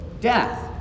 death